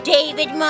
David